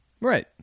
Right